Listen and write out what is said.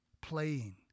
playing